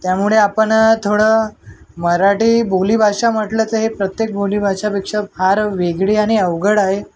त्यामुळे आपण थोडं मराठी बोलीभाषा म्हटलं तर हे प्रत्येक बोलीभाषापेक्षा फार वेगळी आणि अवघड आहे